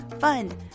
fun